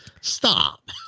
Stop